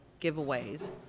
giveaways